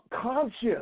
conscious